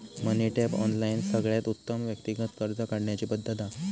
मनी tap, online सगळ्यात उत्तम व्यक्तिगत कर्ज काढण्याची पद्धत हा